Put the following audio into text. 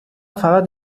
فقط